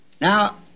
Now